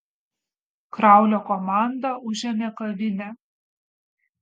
kraulio komanda užėmė kavinę